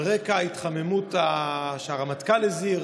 על רקע ההתחממות שהרמטכ"ל הזהיר